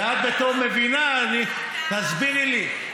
ואת, בתור מבינה, תסבירי לי.